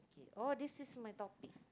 oh this is in my topic